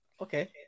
Okay